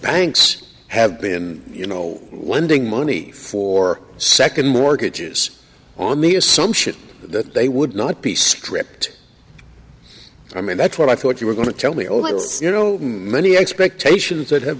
banks have been you know wondering money for second mortgages on the assumption that they would not be stripped i mean that's what i thought you were going to tell me only you know many expectations that have